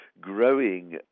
growing